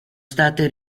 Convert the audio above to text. state